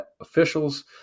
officials